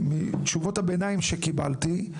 מתשובות הביניים שקיבלתי,